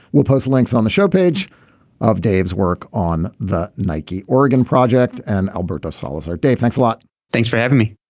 we'll post links on the sharp edge of dave's work on the nike oregon project and alberto salazar. dave thanks a lot thanks for having me